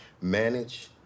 Manage